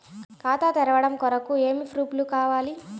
ఖాతా తెరవడం కొరకు ఏమి ప్రూఫ్లు కావాలి?